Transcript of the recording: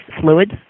fluids